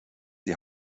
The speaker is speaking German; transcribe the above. die